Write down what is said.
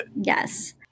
yes